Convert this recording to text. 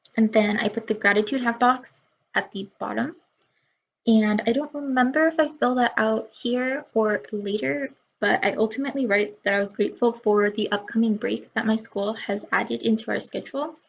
and then i put the gratitude half box at the bottom and i don't remember if i fill that out here or later but i ultimately write that i was grateful for the upcoming break that my school has added into our schedule.